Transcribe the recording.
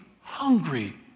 hungry